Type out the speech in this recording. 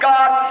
God